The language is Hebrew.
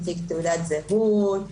מציג תעודת זהות,